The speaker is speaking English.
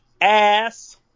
ass